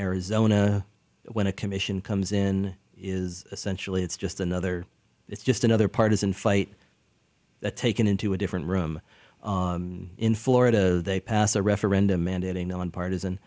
arizona when a commission comes in is essentially it's just another it's just another partisan fight taken into a different room in florida they pass a referendum mandate a nonpartisan